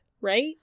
right